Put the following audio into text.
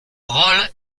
rôle